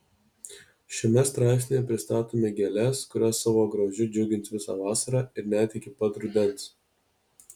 šiame straipsnyje pristatome gėles kurios savo grožiu džiugins visą vasarą ir net iki pat rudens